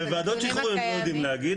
בוועדות שחרורים הם לא יודעים להגיד.